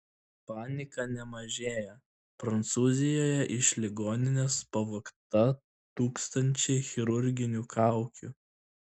panika nemažėją prancūzijoje iš ligoninės pavogta tūkstančiai chirurginių kaukių